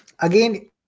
again